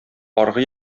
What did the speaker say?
аргы